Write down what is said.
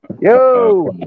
Yo